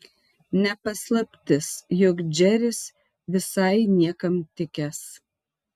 ne paslaptis jog džeris visai niekam tikęs